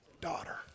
daughter